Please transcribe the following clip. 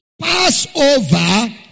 Passover